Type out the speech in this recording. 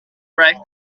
break